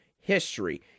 history